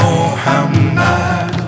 Muhammad